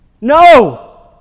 No